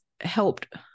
helped